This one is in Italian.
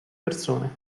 persone